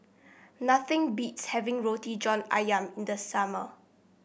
nothing beats having Roti John ayam in the summer